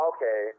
Okay